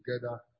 together